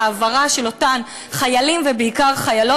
ההעברה של אותן חיילים ובעיקר חיילות,